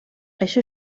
això